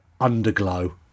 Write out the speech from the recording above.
underglow